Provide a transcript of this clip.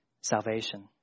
salvation